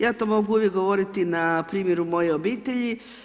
Ja to mogu uvijek govoriti na primjeru moje obitelji.